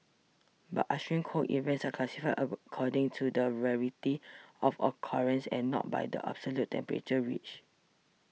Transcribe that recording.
but extreme cold events are classified according to the rarity of occurrence and not by the absolute temperature reached